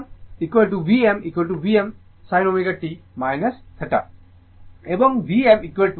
সুতরাং Vm Vm sin ω t θ